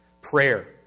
Prayer